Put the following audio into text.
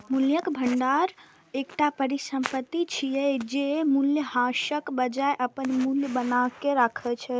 मूल्यक भंडार एकटा परिसंपत्ति छियै, जे मूल्यह्रासक बजाय अपन मूल्य बनाके राखै छै